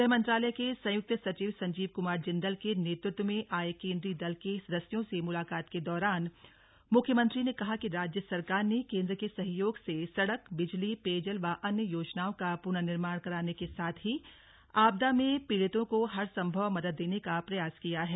गृह मंत्रालय के संयुक्त सचिव संजीव कुमार जिंदल के नेतृत्व में आए केंद्रीय दल के सदस्यों से मुलाकात के दौरान मुख्यतमंत्री ने कहा कि राज्य सरकार ने केंद्र के सहयोग से सड़क बिजली पेयजल व अन्य योजनाओं का पुनर्निर्माण कराने के साथ ही आपदा में पीड़ितों को हरसम्भव मदद देने का प्रयास किया है